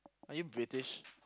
are you British